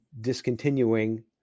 discontinuing